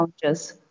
challenges